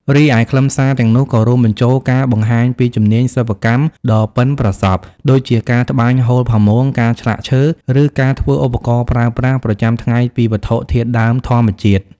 រីឯខ្លឹមសារទាំងនោះក៏រួមបញ្ចូលការបង្ហាញពីជំនាញសិប្បកម្មដ៏ប៉ិនប្រសប់ ដូចជា ការត្បាញហូលផាមួង ការឆ្លាក់ឈើ ឬការធ្វើឧបករណ៍ប្រើប្រាស់ប្រចាំថ្ងៃពីវត្ថុធាតុដើមធម្មជាតិ។